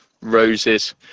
roses